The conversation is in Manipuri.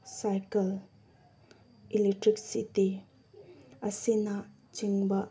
ꯁꯥꯏꯀꯜ ꯏꯂꯦꯛꯇ꯭ꯔꯤꯁꯤꯇꯤ ꯑꯁꯤꯅꯆꯤꯡꯕ